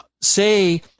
say